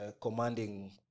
commanding